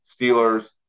Steelers